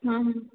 हां हां